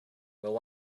will